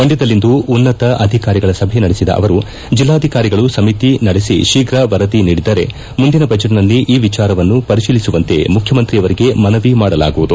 ಮಂಡ್ಲದಲ್ಲಿಂದು ಉನ್ನತ ಅಧಿಕಾರಿಗಳ ಸಭೆ ನಡೆಸಿದ ಅವರು ಜಿಲ್ಲಾಧಿಕಾರಿಗಳು ಸಮಿತಿ ನಡೆಸಿ ಶೀಪು ವರದಿ ನೀಡಿದರೆ ಮುಂದಿನ ಬಜೆಟ್ನಲ್ಲಿ ಈ ವಿಚಾರವನ್ನು ಪರಿಶೀಲಿಸುವಂತೆ ಮುಖ್ಯಮಂತ್ರಿಯವರಿಗೆ ಮನವಿ ಮಾಡಲಾಗುವುದು